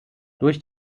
durch